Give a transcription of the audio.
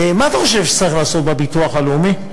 מה אתה חושב שצריך לעשות בביטוח הלאומי?